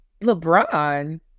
LeBron